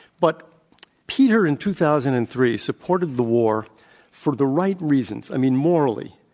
but peter, in two thousand and three, supported the war for the right reasons, i mean morally,